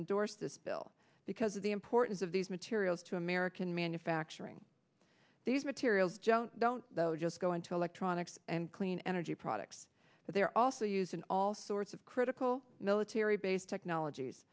endorsed this bill because of the importance of these materials to american manufacturing these materials just don't though just going to let tronics and clean energy products but they're also using all sorts of critical military base technologies